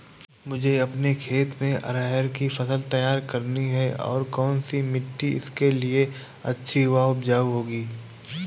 मुझे अपने खेत में अरहर की फसल तैयार करनी है और कौन सी मिट्टी इसके लिए अच्छी व उपजाऊ होगी?